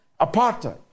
apartheid